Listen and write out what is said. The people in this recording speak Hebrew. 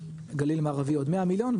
גליל מערבי עוד 100 מיליון,